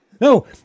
No